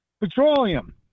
petroleum